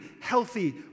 healthy